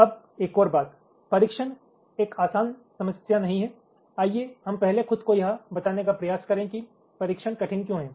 अब एक और बात परीक्षण एक आसान समस्या नहीं है आइए हम पहले खुद को यह बताने का प्रयास करें कि परीक्षण कठिन क्यों है